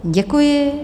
Děkuji.